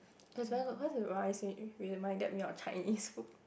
that's why all the rice it reminded me of Chinese food